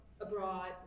abroad